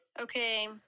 Okay